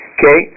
Okay